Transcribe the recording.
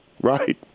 Right